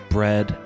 Bread